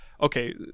okay